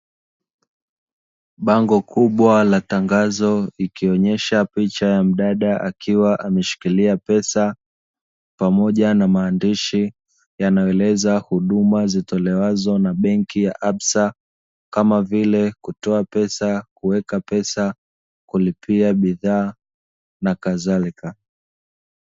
Bango kubwa la tangazo ikionyesha picha ya mdada akiwa ameshikilia pesa, pamoja na maandishi yanayoeleza huduma zitolewazo na benki ya Absa, kama vile kutoa pesa kuweka pesa, kulipia bidhaa, na kadhalika.